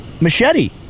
Machete